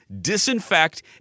disinfect